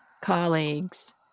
colleagues